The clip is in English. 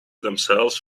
themselves